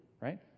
right